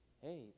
hey